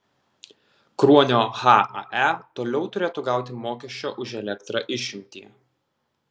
kruonio hae toliau turėtų gauti mokesčio už elektrą išimtį